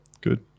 Good